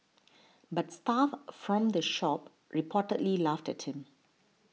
but staff from the shop reportedly laughed at him